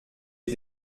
est